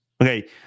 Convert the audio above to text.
Okay